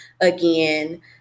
again